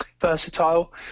versatile